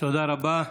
תודה רבה.